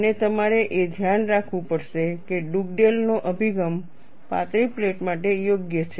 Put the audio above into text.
અને તમારે એ ધ્યાનમાં રાખવું પડશે કે ડુગડેલ નો અભિગમ પાતળી પ્લેટો માટે યોગ્ય છે